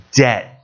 debt